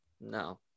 No